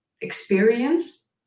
experience